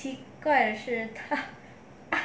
奇怪的是她